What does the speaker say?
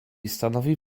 stanowi